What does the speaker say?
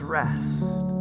rest